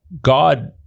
God